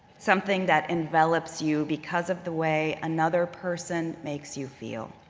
something that envelops you because of the way another person makes you feel.